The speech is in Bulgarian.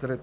3.